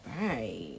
right